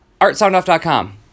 Artsoundoff.com